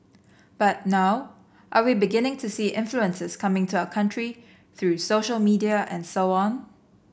but now are we beginning to see influences coming to our country through social media and so on